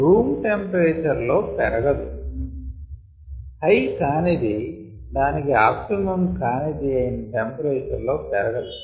room temperature లో పెరగదు high కానిది దానికి ఆప్టిమమ్ కానిది అయిన టెంపరేచర్ లో పెరగదు